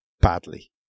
badly